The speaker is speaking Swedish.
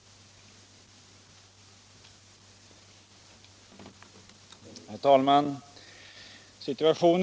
Onsdagen den